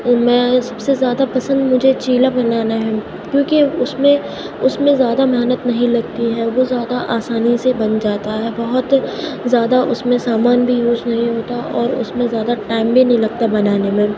میں سب سے زیادہ پسند مجھے چھیلا بنانا ہے کیوں کہ اس میں زیادہ محنت نہیں لگتی ہے وہ زیادہ آسانی سے بن جاتا ہے بہت زیادہ اس میں سامان بھی یوز نہیں ہوتا ہے اور اس میں زیادہ ٹائم بھی نہیں لگتا بنانے میں